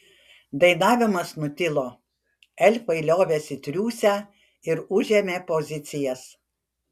dainavimas nutilo elfai liovėsi triūsę ir užėmė pozicijas